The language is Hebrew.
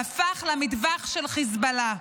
הפך למטווח של חיזבאללה.